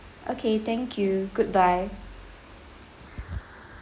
okay thank you goodbye